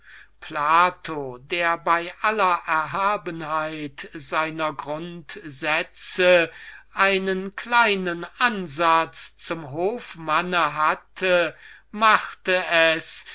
plato welcher bei aller erhabenen austerität seiner grundsätze einen kleinen ansatz zu einem hofmanne hatte machte es